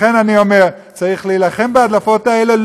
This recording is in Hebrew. לכן אני אומר: צריך להילחם בהדלפות האלה,